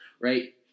right